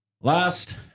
Last